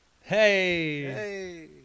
Hey